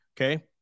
Okay